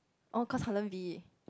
oh cause Holland-V